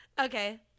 Okay